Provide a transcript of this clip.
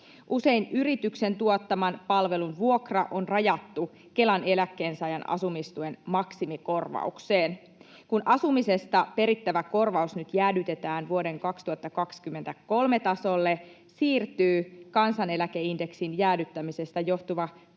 Usein yrityksen tuottaman palvelun vuokra on rajattu Kelan eläkkeensaajan asumistuen maksimikorvaukseen. Kun asumisesta perittävä korvaus nyt jäädytetään vuoden 2023 tasolle, siirtyy kansaneläkeindeksin jäädyttämisestä johtuva korotuspaine